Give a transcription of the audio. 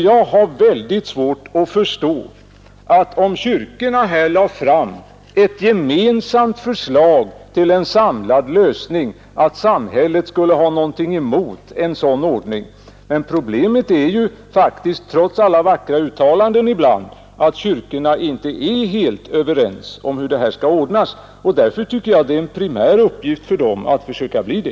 Jag har mycket svårt att förstå att samhället skulle kunna ha något emot att kyrkorna lade fram ett gemensamt förslag till en samlad lösning. Men problemet är ju faktiskt, trots alla vackra uttalanden ibland, att kyrkorna inte är helt överens om hur detta skall ordnas. Därför tycker jag att det är en primär uppgift för dem att försöka bli det.